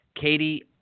Katie